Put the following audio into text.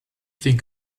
think